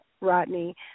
Rodney